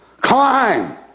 climb